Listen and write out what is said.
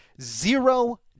zero